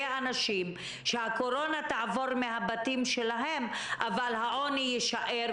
אנשים שהקורונה תעבור מהבתים שלהם אבל העוני יישאר,